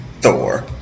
Thor